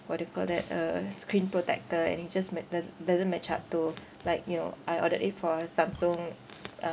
what do you call that a a screen protector and it just mat~ do~ doesn't match up to like you know I ordered it for a Samsung